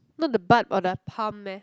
not the butt or the palm meh